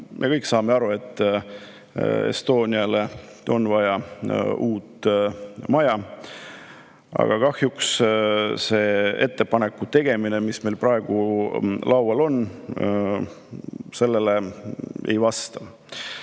Me kõik saame aru, et Estoniale on vaja uut maja. Aga kahjuks ettepaneku tegemine, mis meil praegu laual on, sellele ei vasta.